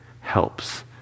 helps